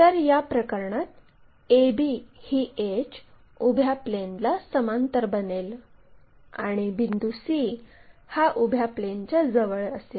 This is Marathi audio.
तर या प्रकरणात a b ही एड्ज उभ्या प्लेनला समांतर बनेल आणि बिंदू c हा उभ्या प्लेनच्या जवळ असेल